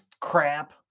crap